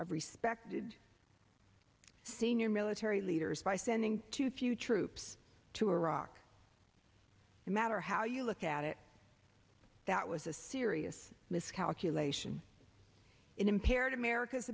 of respected senior military leaders by sending too few troops to iraq a matter how you look at it that was a serious miscalculation in impaired america's